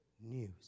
news